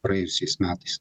praėjusiais metais